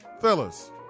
Fellas